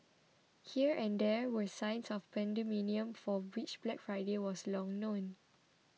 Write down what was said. here and there were signs of pandemonium for which Black Friday was long known